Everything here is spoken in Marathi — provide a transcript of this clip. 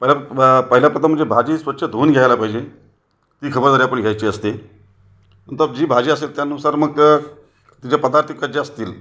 परत वा पहिल्या प्रथम म्हणजे भाजी स्वच्छ धुऊन घ्यायला पाहिजे ही खबरदारी आपण घ्यायची असते नंतर जी भाजी असेल त्यानुसार मग ते जे पदार्थ कच्चे असतील